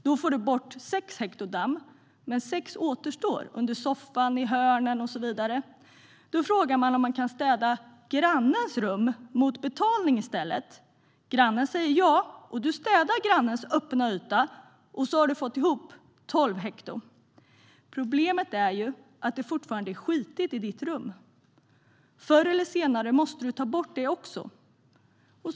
Då får du bort sex hekto damm, men sex återstår under soffan, i hörnen och så vidare. Då är frågan om du kan städa grannens rum mot betalning i stället. Grannen säger ja, och du städar grannens öppna yta. Så har du fått ihop tolv hekto. Problemet är att det fortfarande är skitigt i ditt rum. Förr eller senare måste du ta bort den skiten också.